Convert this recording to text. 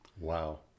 Wow